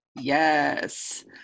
Yes